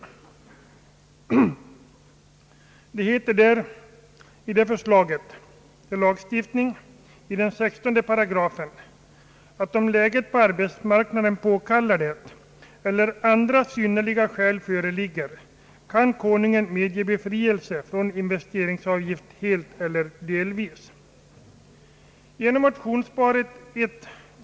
I 168 i det förslaget heter det, att om »läget på arbetsmarknaden påkallar det eller andra synnerliga skäl föreligger, kan Konungen medge befrielse från investeringsavgift helt eller delvis».